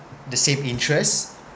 the same interest